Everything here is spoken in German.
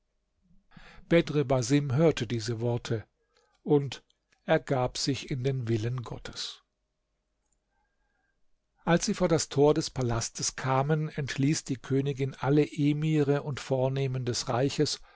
basim hörte diese worte und ergab sich in den willen gottes als sie vor das tor des palastes kamen entließ die königin alle emire und vornehmen des reiches